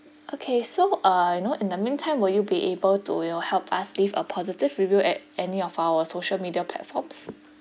okay so uh you know in the meantime will you be able to you know help us leave a positive review at any of our social media platforms